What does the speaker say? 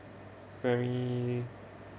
very